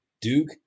Duke